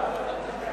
מוקדם